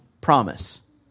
promise